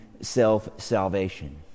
self-salvation